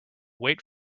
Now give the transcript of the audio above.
wait